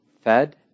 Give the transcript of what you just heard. fed